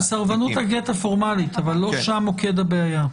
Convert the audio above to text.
של סרבנות הגט הפורמלית, אבל לא שם מוקד הבעיה.